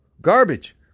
garbage